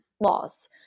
laws